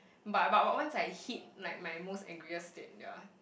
but but once I hit like my most angriest state ya